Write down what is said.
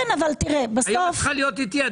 היום את צריכה להיות איתי.